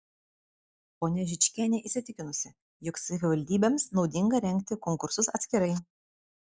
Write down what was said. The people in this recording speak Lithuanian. ponia žičkienė įsitikinusi jog savivaldybėms naudinga rengti konkursus atskirai